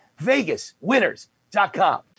Vegaswinners.com